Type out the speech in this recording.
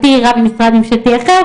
על פי הוראת משרד ממשלתי אחר,